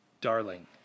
Darling